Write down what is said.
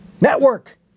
network